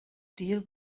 deal